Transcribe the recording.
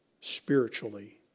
spiritually